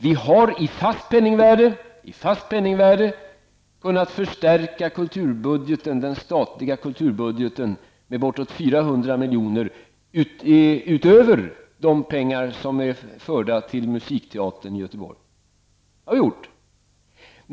Vi har i fast penningvärde kunnat förstärka den statliga kulturbudgeten med bortåt 400 milj.kr. utöver de medel som är förda till musikteatern i Göteborg.